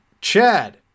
Chad